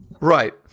Right